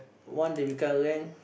once they pick up a gang